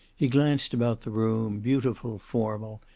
he glanced about the room, beautiful, formal,